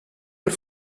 per